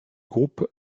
groupe